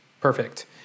perfect